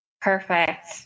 Perfect